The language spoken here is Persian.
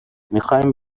میخایم